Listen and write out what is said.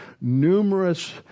numerous